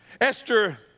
Esther